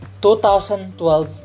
2012